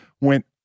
went